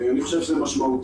אני חושב שזה משמעותי.